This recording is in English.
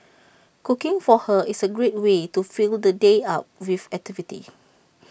cooking for her is A great way to fill the day up with activity